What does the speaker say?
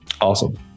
Awesome